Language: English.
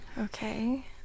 Okay